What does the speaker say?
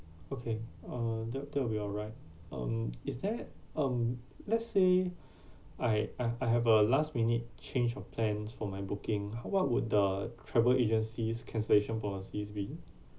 okay uh that that'll be alright um is there um let's say I I I have a last minute change of plans for my booking what would the travel agencies cancellation policies being